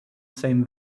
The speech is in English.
same